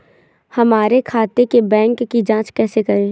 हमारे खाते के बैंक की जाँच कैसे करें?